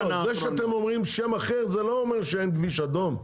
זה שאתם אומרים שם אחר זה לא אומר שאין כביש אדום.